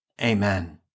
Amen